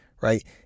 Right